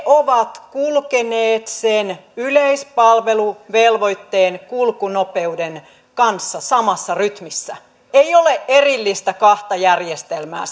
ovat kulkeneet sen yleispalveluvelvoitteen kulkunopeuden kanssa samassa rytmissä ei ole erillistä kahta järjestelmää